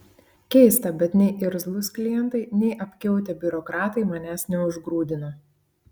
keista bet nei irzlūs klientai nei apkiautę biurokratai manęs neužgrūdino